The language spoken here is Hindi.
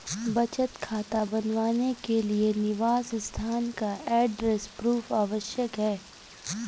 बचत खाता बनवाने के लिए निवास स्थान का एड्रेस प्रूफ आवश्यक है